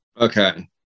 Okay